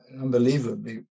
unbelievably